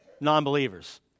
non-believers